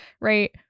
right